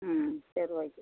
ம் சரி ஓகே